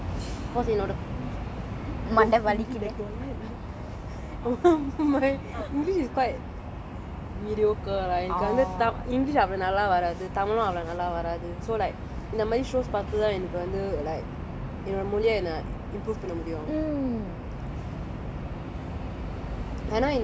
oh then then the kind of english shows I like to watch sia cause you know the english is quite mediocre lah அந்த தம்:antha tham english அவ்வளவு நல்லா வராது:avvalavu nalla varathu tamil லும் அவ்வளவு நல்லா வராது:lum avvalavu nalla varathu so like இந்த மாறி:intha maari shows பார்த்துதான் எனக்கு வந்து:paarthuthaan enakku vanthu like என்னோட மொழிய நான்:ennoda moliya naan improve பண்ண முடியும்:panna mudiyum